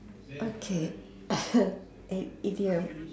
okay eh easy rum